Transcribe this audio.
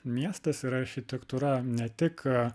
miestas ir architektūra ne tik